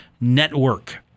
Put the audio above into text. Network